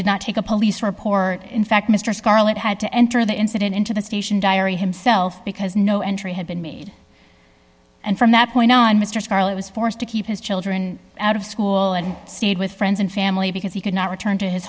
did not take a police report in fact mr scarlett had to enter the incident into the station diary himself because no entry had been made and from that point on mr scarlett was forced to keep his children out of school and stayed with friends and family because he could not return to his